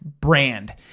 brand